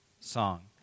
song